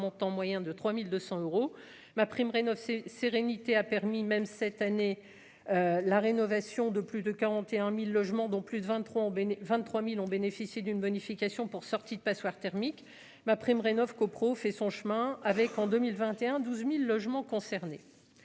un montant moyen de 3200 euros MaPrimeRenov c'est sérénité a permis même cette année, la rénovation de plus de 41000 logements dont plus de 23 ans 23000 ont bénéficié d'une bonification pour sortie de passoires thermiques MaPrimeRénov'co-prod fait son chemin, avec en 2021 12000 logements concernés